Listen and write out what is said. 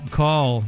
call